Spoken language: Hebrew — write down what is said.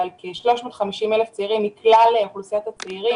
אבל כ-350,000 צעירים מכלל אוכלוסיית הצעירים,